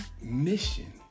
mission